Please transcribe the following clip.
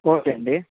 okay అండి